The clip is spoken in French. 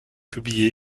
publié